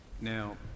Now